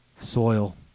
soil